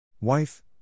Wife